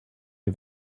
you